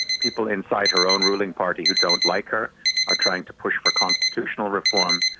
people inside her own ruling party who don't like her are trying to push for constitutional reform.